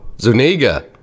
Zuniga